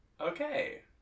Okay